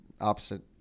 opposite –